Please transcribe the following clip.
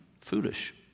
foolish